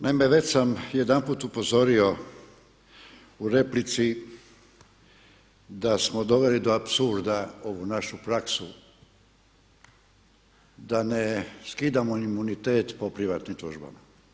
Naime, već sam jedanput upozorio u replici da smo doveli do apsurda ovu našu praksu da ne skidamo imunitet po privatnim tužbama.